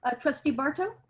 ah trustee barto.